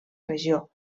regió